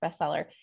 bestseller